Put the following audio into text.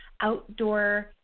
outdoor